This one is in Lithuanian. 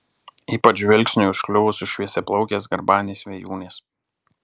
ypač žvilgsniui užkliuvus už šviesiaplaukės garbanės vėjūnės